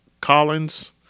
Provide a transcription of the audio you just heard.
Collins